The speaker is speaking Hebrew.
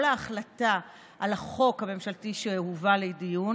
כל החלטה על החוק הממשלתי שהובא לדיון